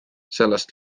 sellest